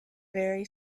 very